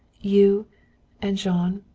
you and jean,